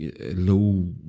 low